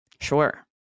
Sure